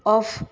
off